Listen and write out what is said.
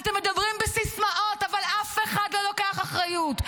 אתם מדברים בסיסמאות אבל אף אחד לא לוקח אחריות.